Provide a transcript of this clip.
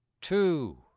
Two